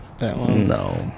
No